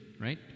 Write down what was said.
right